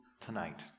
tonight